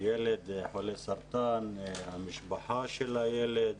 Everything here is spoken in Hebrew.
ילד חולה סרטן, המשפחה של הילד,